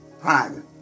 private